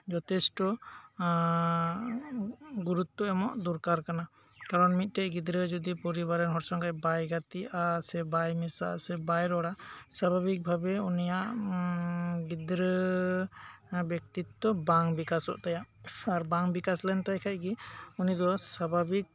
ᱡᱚᱛᱷᱮᱥᱴᱚ ᱟᱨ ᱜᱩᱨᱩᱛᱛᱚ ᱮᱢᱚᱜ ᱫᱚᱨᱠᱟᱨ ᱠᱟᱱᱟ ᱠᱟᱨᱚᱱ ᱢᱤᱫᱴᱮᱱ ᱜᱤᱫᱽᱨᱟᱹ ᱡᱩᱫᱤ ᱯᱚᱨᱤᱵᱟᱨ ᱨᱮᱱ ᱦᱚᱲ ᱠᱚ ᱥᱚᱝᱜᱮ ᱵᱟᱭ ᱜᱟᱛᱮᱜᱼᱟ ᱥᱮ ᱵᱟᱭ ᱢᱮᱥᱟᱜᱼᱟ ᱥᱮ ᱵᱟᱭ ᱨᱚᱲᱟ ᱥᱟᱵᱷᱟᱵᱤᱠ ᱵᱷᱟᱵᱮ ᱩᱱᱤᱭᱟᱜ ᱜᱤᱫᱽᱨᱟᱹ ᱵᱮᱠᱛᱤᱛᱛᱚ ᱵᱟᱝ ᱵᱤᱠᱟᱥᱚᱜ ᱛᱟᱭᱟ ᱟᱨ ᱵᱟᱝ ᱵᱤᱠᱟᱥ ᱞᱮᱱ ᱛᱟᱭ ᱠᱷᱟᱱ ᱜᱮ ᱩᱱᱤ ᱫᱳ ᱥᱟᱵᱷᱟᱵᱤᱠ